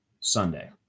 Sunday